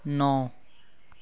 ਨੌਂ